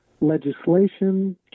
legislation